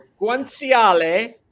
guanciale